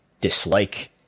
dislike